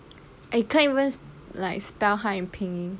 I can't even like spell 汉语拼音